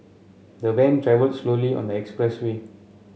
the van travelled slowly on the expressway